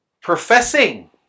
professing